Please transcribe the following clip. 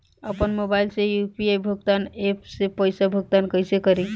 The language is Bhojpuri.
आपन मोबाइल से यू.पी.आई भुगतान ऐपसे पईसा भुगतान कइसे करि?